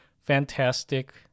Fantastic